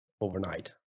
overnight